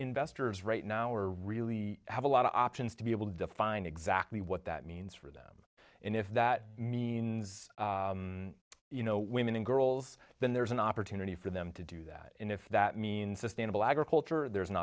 investors right now are really have a lot of options to be able to define exactly what that means for them and if that means you know women and girls then there's an opportunity for them to do that and if that means sustainable agriculture there's an